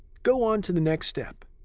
go on to the next step.